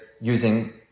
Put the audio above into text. using